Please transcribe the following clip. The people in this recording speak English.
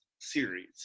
series